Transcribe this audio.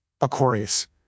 Aquarius